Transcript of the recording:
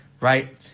right